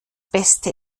beste